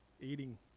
eating